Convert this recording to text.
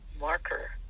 marker